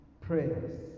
prayers